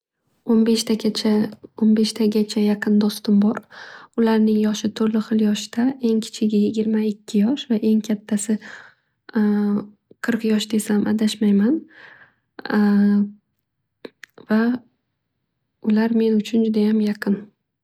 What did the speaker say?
O'beshtagacha, o'beshtagacha yaqin do'stim bor. Ularning yoshi turli xil yoshda. Eng kichigi yigirma ikki yosh va eng kattasi qirq yosh desam adashmayman va ular men uchun judayam yaqin.